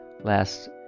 last